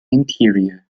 interior